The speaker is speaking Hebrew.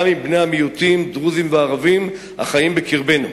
גם עם בני מיעוטים, דרוזים וערבים החיים בקרבנו.